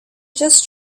just